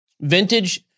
Vintage